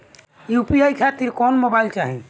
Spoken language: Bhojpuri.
यू.पी.आई खातिर कौन मोबाइल चाहीं?